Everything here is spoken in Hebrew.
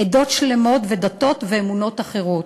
עדות שלמות ודתות ואמונות אחרות.